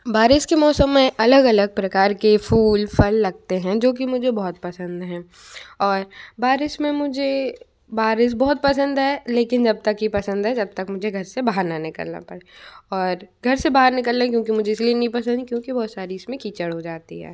बारिश के मौसम में अलग अलग प्रकार के फ़ूल फ़ल लगते हैं जो कि मुझे बहुत पसंद हैं और बारिश में मुझे बारिश बहुत पसंद है लेकिन जब तक ही पसंद है जब तक मुझे घर से बाहर ना निकालना पड़े और घर से बाहर निकाल ले क्योंकि मुझे इसलिए नहीं क्योंकि बहुत सारी इसमें कीचड़ हो जाती है